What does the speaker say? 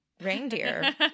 reindeer